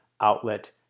outlet